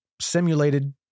simulated